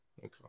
Okay